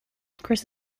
chris